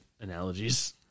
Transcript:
analogies